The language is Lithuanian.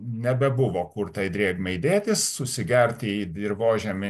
nebebuvo kur tai drėgmei dėtis susigerti į dirvožemį